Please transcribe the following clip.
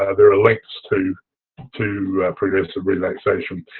ah there are links to to progressive relaxation,